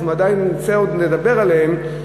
אנחנו ודאי עוד נדבר עליהם,